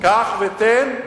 קח ותן,